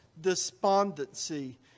despondency